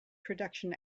production